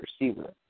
receiver